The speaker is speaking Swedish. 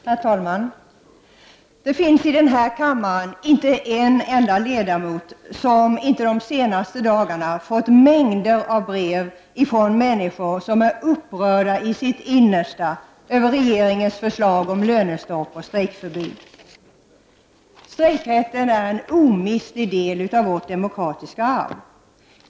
Herr talman! Det finns i den här kammaren inte en enda ledamot som under de senaste dagarna inte fått mängder av brev från människor som är upprörda i sitt innersta över regeringens förslag om lönestopp och strejkförbud. Strejkrätten är en omistlig del av vårt demokratiska arv.